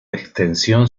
extensión